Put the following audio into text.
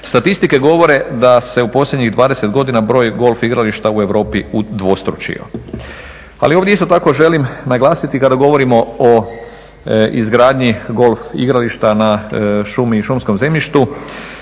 Statistike govore da se u posljednjih 20 godina broj golf igrališta u Europi udvostručio. Ali ovdje isto tako želim naglasiti kada govorimo o izgradnji golf igrališta na šumi i šumskom zemljištu,